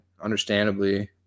understandably